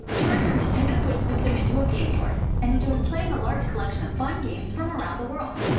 ah turn your nintendo switch system into a game board. and enjoy playing a large collection of fun games from around the world!